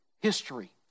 history